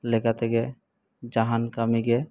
ᱞᱮᱠᱟᱛᱮᱜᱮ ᱡᱟᱦᱟᱱ ᱠᱟᱹᱢᱤᱜᱮ